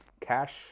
cash